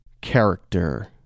character